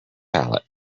palate